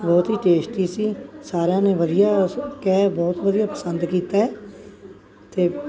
ਬਹੁਤ ਹੀ ਟੇਸਟੀ ਸੀ ਸਾਰਿਆਂ ਨੇ ਵਧੀਆ ਕਹਿ ਬਹੁਤ ਵਧੀਆ ਪਸੰਦ ਕੀਤਾ ਹੈ ਅਤੇ